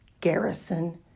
garrison